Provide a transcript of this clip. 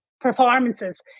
performances